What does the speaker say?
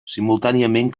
simultàniament